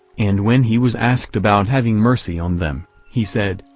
and when he was asked about having mercy on them, he said,